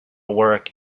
work